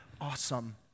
awesome